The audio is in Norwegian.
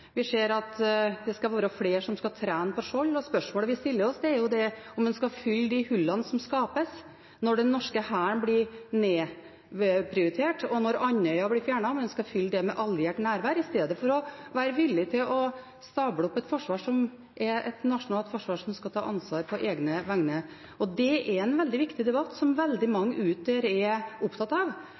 skal være flere som skal trene på Skjold, og spørsmålet vi stiller oss, er om en skal fylle de hullene som skapes – når den norske hæren blir nedprioritert, og når Andøya blir fjernet – med alliert nærvær, i stedet for å være villig til å stable på beina et forsvar som er et nasjonalt forsvar som skal ta ansvar på egne vegne. Det er en veldig viktig debatt, som veldig mange der ute er opptatt av.